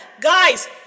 Guys